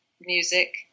music